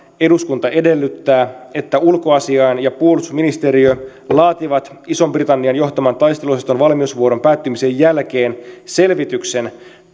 eduskunta edellyttää että ulkoasiain ja puolustusministeriö laativat ison britannian johtaman taisteluosaston valmiusvuoron päättymisen jälkeen selvityksen